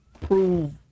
prove